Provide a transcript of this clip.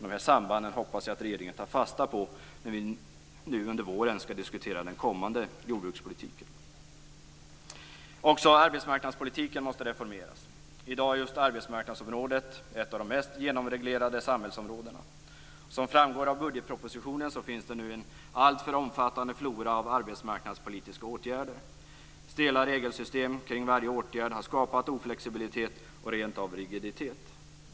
Dessa samband hoppas jag att regeringen tar fasta på när vi nu under våren skall diskutera den kommande jordbrukspolitiken. Också arbetsmarknadspolitiken måste reformeras. I dag är just arbetsmarknadsområdet ett av de mest genomreglerade samhällsområdena. Som framgår av budgetpropositionen finns det nu en alltför omfattande flora av arbetsmarknadspolitiska åtgärder. Stela regelsystem kring varje åtgärd har skapat oflexibilitet och rent av rigiditet.